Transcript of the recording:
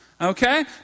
okay